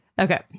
Okay